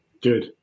Good